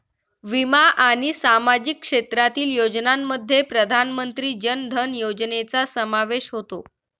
विमा आणि सामाजिक क्षेत्रातील योजनांमध्ये प्रधानमंत्री जन धन योजनेचा समावेश होतो